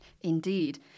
Indeed